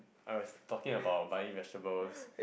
Iris talking about buying vegetables